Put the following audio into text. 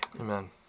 Amen